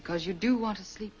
because you do want to slee